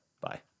Bye